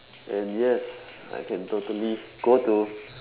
and yes I can totally go to